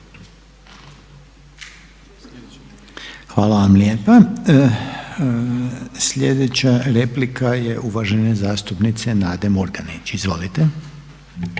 Hvala lijepa. I zadnja replika je uvažene zastupnice Margarete Mađerić. Izvolite.